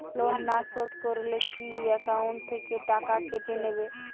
Loan না শোধ করলে কি একাউন্ট থেকে টাকা কেটে নেবে?